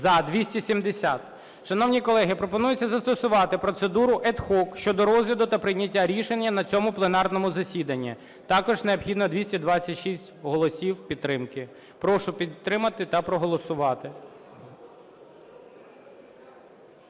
За-270 Шановні колеги, пропонується застосувати процедуру ad hoc щодо розгляду та прийняття рішення на цьому пленарному засіданні, також необхідно 226 голосів підтримки. Прошу підтримати та проголосувати.